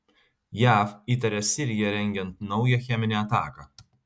jav įtaria siriją rengiant naują cheminę ataką